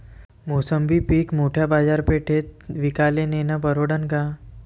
मोसंबी पीक मोठ्या बाजारपेठेत विकाले नेनं परवडन का?